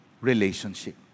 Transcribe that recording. relationship